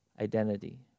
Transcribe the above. identity